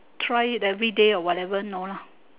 try it everyday or whatever no lah